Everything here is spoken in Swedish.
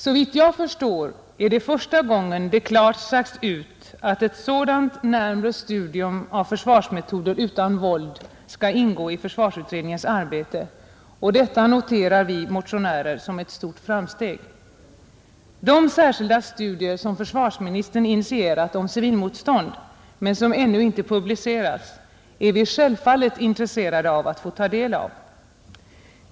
Såvitt jag förstår är det första gången det klart sagts ut att ett sådant närmare studium av försvarsmetoder utan våld skall ingå i försvarsutredningens arbete, och detta noterar vi motionärer som ett stort framsteg. De särskilda studier som försvarsministern initierat om civilmotstånd men som ännu inte publicerats är vi självfallet intresserade av att få ta del av.